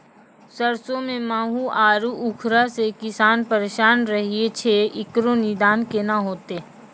सरसों मे माहू आरु उखरा से किसान परेशान रहैय छैय, इकरो निदान केना होते?